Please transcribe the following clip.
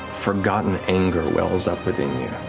forgotten anger wells up within you.